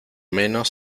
menos